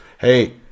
Hey